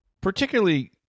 particularly